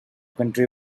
country